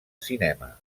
cinema